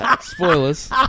Spoilers